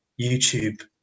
YouTube